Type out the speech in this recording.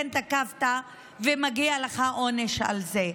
כן תקפת, מגיע לך עונש על זה.